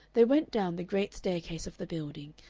they went down the great staircase of the building,